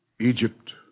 Egypt